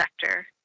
sector